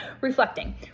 reflecting